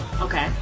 Okay